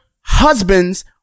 husband's